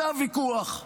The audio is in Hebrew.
זה הוויכוח.